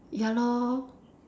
ya lor